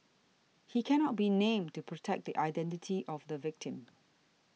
he cannot be named to protect the identity of the victim